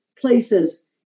places